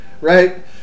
Right